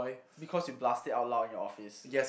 because you blast it out loud in your office